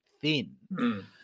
thin